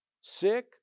sick